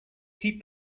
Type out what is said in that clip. keep